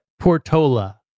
Portola